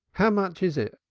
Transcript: how much is it?